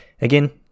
again